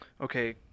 okay